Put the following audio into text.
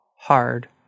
hard